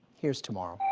here's tomorrow.